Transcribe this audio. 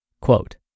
quote